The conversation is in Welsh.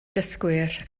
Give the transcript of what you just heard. dysgwyr